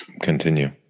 continue